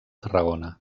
tarragona